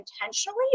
intentionally